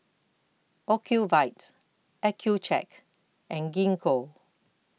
Ocuvite Accucheck and Gingko